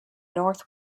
north